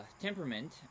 temperament